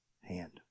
hand